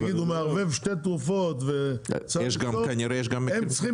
נניח מערבב שתי תרופות וכו' הם צריכים